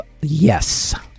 Yes